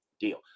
deal